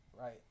Right